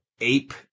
ape